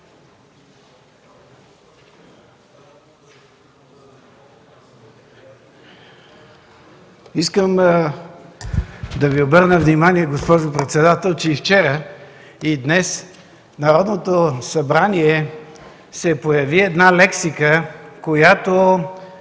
Искам да Ви обърна внимание, госпожо председател, че и вчера, и днес в Народното събрание се появи една лексика, която